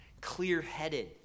clear-headed